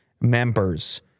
members